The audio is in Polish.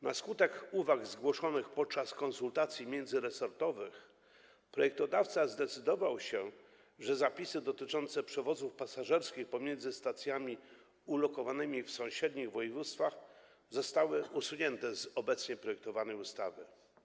Na skutek uwag zgłoszonych podczas konsultacji międzyresortowych projektodawca zdecydował się, że zapisy dotyczące przewozów pasażerskich pomiędzy stacjami ulokowanymi w sąsiednich województwach zostały usunięte z obecnie projektowanej ustawy.